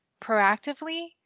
proactively